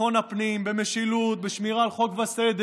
בביטחון הפנים, במשילות, בשמירה על חוק וסדר,